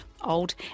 old